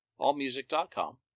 allmusic.com